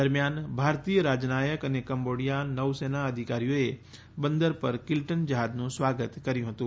દરમ્યાન ભારતીય રાજનાયક અને કમ્બોડીયા નૌ સેના અધિકારીઓએ બંદર પર કિલ્ટન જ્ાજનું સ્વાગત કર્યું હતું